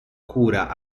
cura